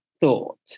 thought